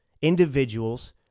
individuals